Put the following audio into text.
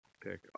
Pick